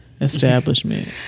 establishment